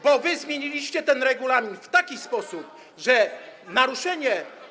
bo wy zmieniliście ten regulamin w taki sposób, że naruszenie.